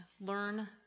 learn